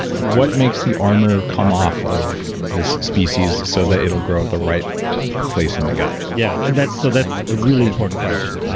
what makes the armor come off of this species so that it'll grow at the right place in the gut? yeah, and so that's a really important question.